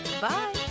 bye